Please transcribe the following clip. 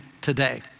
today